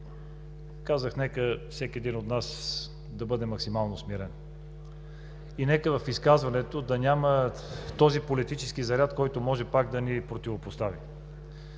казах: „Нека всеки един от нас да бъде максимално смирен и нека в изказването да няма този политически заряд, който може пак да ни противопостави“.